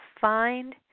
Find